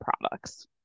products